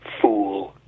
fool